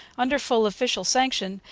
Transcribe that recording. under full official sanction,